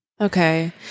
Okay